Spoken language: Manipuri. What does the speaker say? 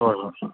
ꯍꯣꯏ ꯍꯣꯏ